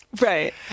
right